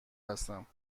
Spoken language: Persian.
هستم